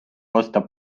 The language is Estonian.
osta